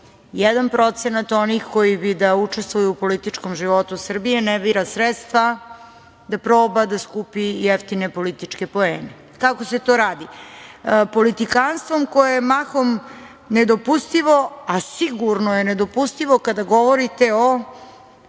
jedan procenat onih koji bi da učestvuju u političkom životu Srbije ne bira sredstva da proba da skupi jeftine političke poene. Kako se to radi? Politikanstvom koje je mahom nedopustivo, a sigurno je nedopustivo kada govorite o